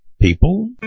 people